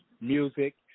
music